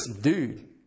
dude